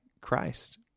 Christ